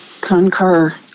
Concur